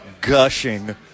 gushing